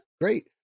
great